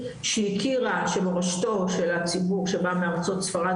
שהכירה שמורשתו של הציבור שבא מארצות ספרד